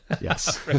Yes